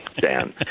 Dan